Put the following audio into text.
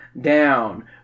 down